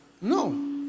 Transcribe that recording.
no